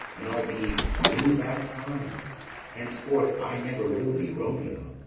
and i'll be new baptiz'd henceforth i never will be romeo.